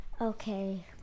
Okay